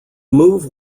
move